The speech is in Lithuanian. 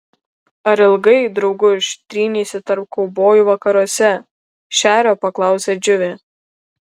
ar ilgai drauguž tryneisi tarp kaubojų vakaruose šerio paklausė džiuvė